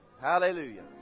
Hallelujah